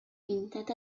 pintat